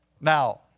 Now